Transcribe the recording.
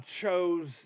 chose